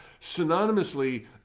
Synonymously